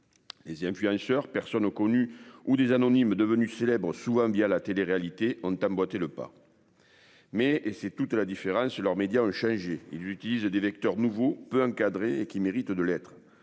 c'est un Eicher personne au connus ou des anonymes devenus célèbres sous un à la téléréalité ont emboîté le pas. Mais et c'est toute la différence, leurs médias ont changé il utilise des vecteurs nouveau peu. Et qui méritent de l'être.